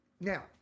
now